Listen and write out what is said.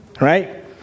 right